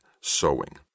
sewing